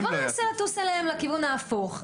אז בוא ננסה לטוס אליהם, לכיוון ההפוך.